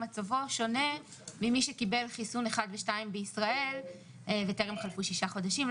מצבו שונה ממי שקיבל חיסון אחד ושתיים בישראל וטרם חלפו שישה חודשים,